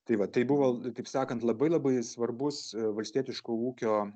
tai va tai buvo taip sakant labai labai svarbus valstietiško ūkio